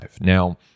Now